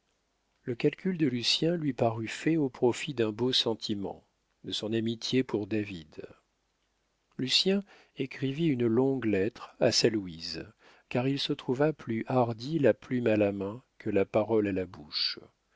le calcul de lucien lui parut fait au profit d'un beau sentiment de son amitié pour david lucien écrivit une longue lettre à sa louise car il se trouva plus hardi la plume à la main que la parole à la bouche